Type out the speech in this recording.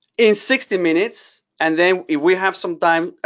in sixty minutes. and then if we have some time,